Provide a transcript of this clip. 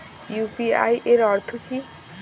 UPI এর অর্থ কি?